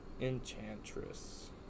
Enchantress